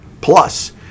plus